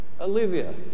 Olivia